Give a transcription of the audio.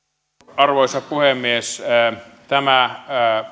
arvoisa puhemies tämä